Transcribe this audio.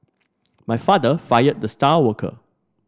my father fired the star worker